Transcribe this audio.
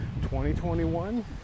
2021